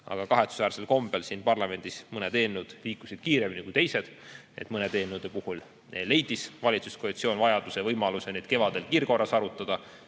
aga kahetsusväärsel kombel siin parlamendis mõned eelnõud liikusid kiiremini kui teised. Mõne eelnõu puhul leidis valitsuskoalitsioon vajaduse ja võimaluse neid kevadel kiirkorras arutada,